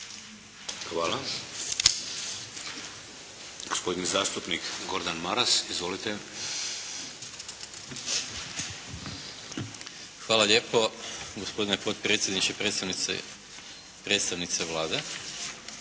Hvala. Gospodin zastupnik Gordan Maras. Izvolite. **Maras, Gordan (SDP)** Hvala lijepo. Gospodine potpredsjedniče, predstavnice Vlade.